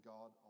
God